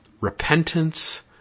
repentance